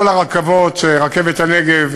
כל הרכבות: רכבת הנגב,